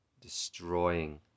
destroying